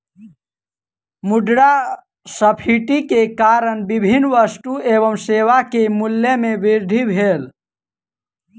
मुद्रास्फीति के कारण विभिन्न वस्तु एवं सेवा के मूल्य में वृद्धि भेल